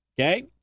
Okay